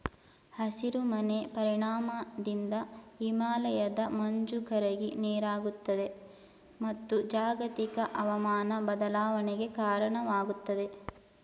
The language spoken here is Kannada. ಹಸಿರು ಮನೆ ಪರಿಣಾಮದಿಂದ ಹಿಮಾಲಯದ ಮಂಜು ಕರಗಿ ನೀರಾಗುತ್ತದೆ, ಮತ್ತು ಜಾಗತಿಕ ಅವಮಾನ ಬದಲಾವಣೆಗೆ ಕಾರಣವಾಗುತ್ತದೆ